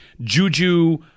Juju